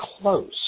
close